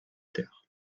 terre